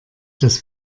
das